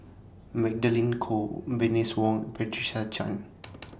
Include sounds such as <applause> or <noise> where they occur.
Magdalene Khoo Bernice Wong Patricia Chan <noise>